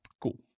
Cool